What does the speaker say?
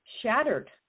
shattered